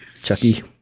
Chucky